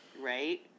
Right